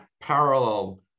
parallel